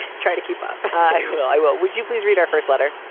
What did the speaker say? try to keep up. i know i. would you please read our first letter?